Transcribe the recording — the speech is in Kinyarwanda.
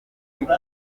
bikaze